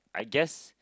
I guess